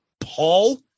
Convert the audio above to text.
Paul